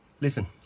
Listen